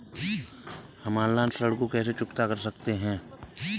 हम ऑनलाइन ऋण को कैसे चुकता कर सकते हैं?